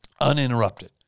uninterrupted